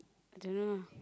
I don't know